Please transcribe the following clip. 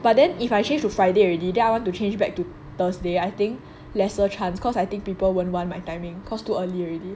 but then if I change to friday already then I want to change back to thursday I think lesser chance cause I think people won't want my timing cause too early already